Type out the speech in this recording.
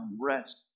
rest